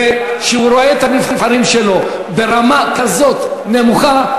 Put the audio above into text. וכשהוא רואה את הנבחרים שלו ברמה כזאת נמוכה,